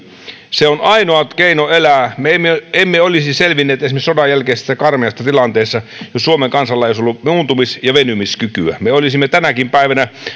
se on ainoa keino elää me emme me emme olisi selvinneet esimerkiksi sodanjälkeisessä karmeassa tilanteessa jos suomen kansalla ei olisi ollut muuntumis ja venymiskykyä me olisimme tänäkin päivänä